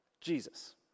Jesus